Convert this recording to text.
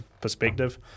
perspective